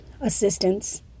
assistance